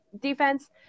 Defense